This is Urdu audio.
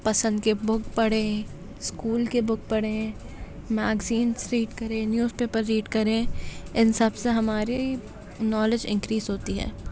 پسند کے بک پڑھیں اسکول کے بک پڑھیں میگزینس ریڈ کریں نیوز پیپر ریڈ کریں ان سب سے ہماری نالج انکریز ہوتی ہے